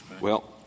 Well-